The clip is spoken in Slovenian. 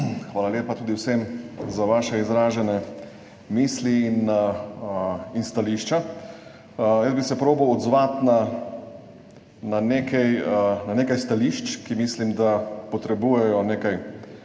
Hvala lepa tudi vsem za vaše izražene misli in stališča. Jaz bi se poskusil odzvati na nekaj stališč, ki mislim, da potrebujejo nekaj